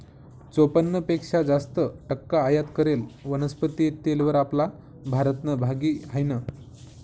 चोपन्न पेक्शा जास्त टक्का आयात करेल वनस्पती तेलवर आपला भारतनं भागी हायनं